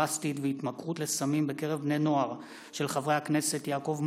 הילד בעקבות דיון מהיר בהצעתם של חברי הכנסת קטי קטרין שטרית,